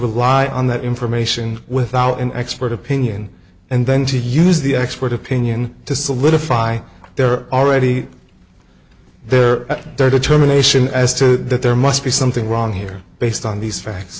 rely on that information without an expert opinion and then to use the expert opinion to solidify their already they're at their determination as to that there must be something wrong here based on these facts